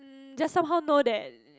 mm just somehow know that